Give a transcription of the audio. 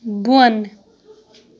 بۄن